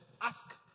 Ask